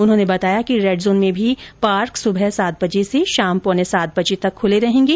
उन्होंने बताया कि रेड जोन में भी पार्क सुबह सात बजे से शाम पोने सात बजे तक खुले रहेंगे